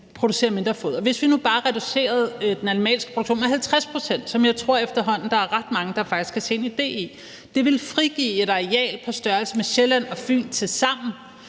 producere mindre foder. Hvis vi nu bare reducerede den animalske produktion med 50 pct., som jeg tror der efterhånden er ret mange der faktisk kan se en idé i, ville det frigive et areal på størrelse med Sjælland og Fyn tilsammen,